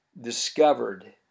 discovered